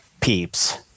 peeps